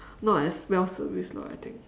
not as well serviced lah I think